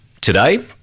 Today